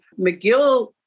McGill